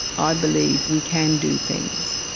i believe we can do things.